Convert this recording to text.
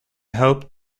hoped